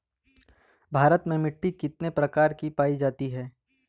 भारत में मिट्टी कितने प्रकार की पाई जाती हैं?